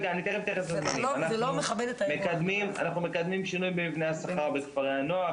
אנחנו מקדמים שינוי במבנה השכר בכפרי הנוער,